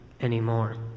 anymore